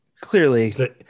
clearly